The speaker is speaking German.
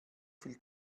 viel